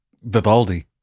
Vivaldi